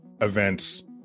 events